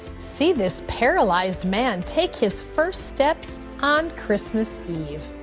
see this paralyzed man take his first step so on christmas eve.